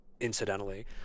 incidentally